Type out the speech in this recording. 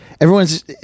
everyone's